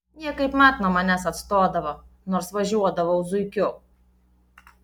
jie kaip mat nuo manęs atstodavo nors važiuodavau zuikiu